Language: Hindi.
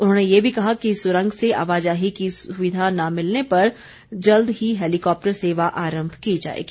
उन्होंने ये भी कहा कि सुरंग से आवाजाही की सुविधा न मिलने पर जल्द ही हैलीकॉप्टर सेवा आरम्भ की जाएगी